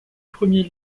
premier